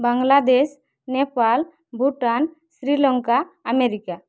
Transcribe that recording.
Bangladesh Nepal Bhutan Sri Lanka America